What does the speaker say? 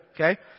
Okay